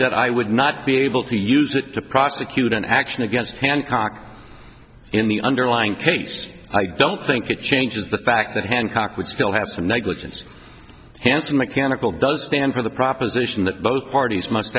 that i would not be able to use that to prosecute an action against hancock in the underlying case i don't think it changes the fact that hancock would still have some negligence handsome mechanical does stand for the proposition that both parties m